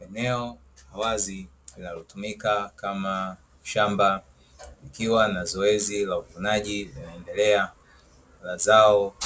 Eneo la wazi linalotumika kama shamba likiwa na zoezi la uvunaji unaoendelea wa zao